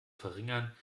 verringern